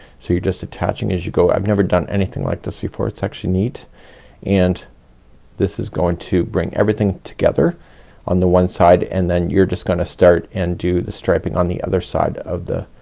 so you're just attaching as you go. i've never done anything like this before it's actually neat and this is going to bring everything together on the one side and then you're just gonna start and do the striping on the other side of the,